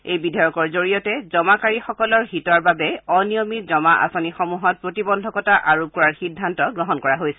এই বিধেয়কৰ জৰিয়তে জমাকাৰীসকলৰ হিতৰ বাবে অনিয়মিত জমা আঁচনিসমূহত প্ৰতিবন্ধকতা আৰোপ কৰাৰ সিদ্ধান্ত গ্ৰহণ কৰা হৈছে